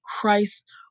Christ